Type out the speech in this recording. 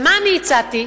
מה אני הצעתי?